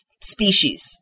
species